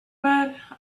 but